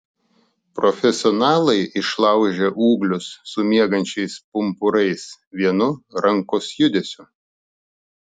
profesionalai išlaužia ūglius su miegančiais pumpurais vienu rankos judesiu